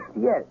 Yes